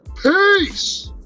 Peace